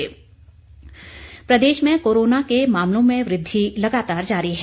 Himachal corona Pradesh में corona के मामलों में वृद्धि लगातार जारी है